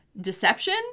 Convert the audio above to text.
deception